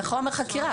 זה חומר חקירה.